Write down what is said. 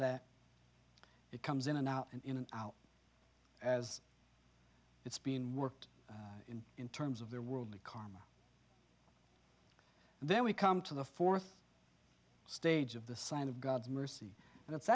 that it comes in and out in and out as it's been worked in in terms of their worldly karma and then we come to the fourth stage of the sign of god's mercy and it's